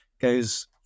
goes